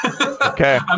Okay